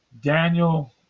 Daniel